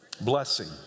Blessing